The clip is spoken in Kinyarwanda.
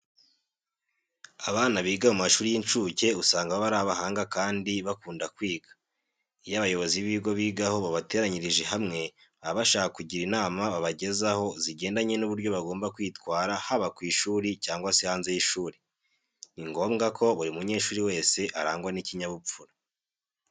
Abana biga mu mashuri y'incuke usanga baba ari abahanga kandi bakunda kwiga. Iyo abayobozi b'ibigo bigaho babateranyirije hanwe baba bashaka kugira inama babagezaho zijyendanye n'uburyo bagomba kwitwara haba ku ishuri cyangwa se haze y'ishuri. Ni ngombwa ko buri munyeshuri wese arangwa n'ikinyabupfura.